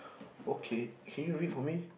okay can you read for me